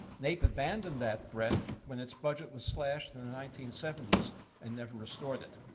naep abandoned that breath when its budget was slashed in the nineteen seventy s and never restored it.